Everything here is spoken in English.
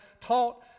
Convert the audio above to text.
taught